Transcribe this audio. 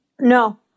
No